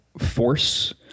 force